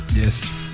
yes